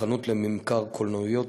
לחנות לממכר קלנועיות,